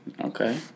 Okay